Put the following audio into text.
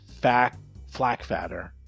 Flakfatter